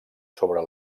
sobre